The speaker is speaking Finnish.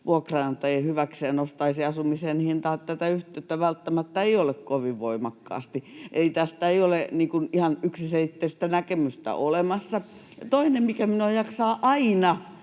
vuokranantajien hyväksi ja nostaisi asumisen hintaa, välttämättä ei ole kovin voimakkaasti, eli tästä ei ole ihan yksiselitteistä näkemystä olemassa. Ja toinen, mikä minua jaksaa aina